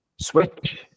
Switch